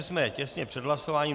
Jsme těsně před hlasováním.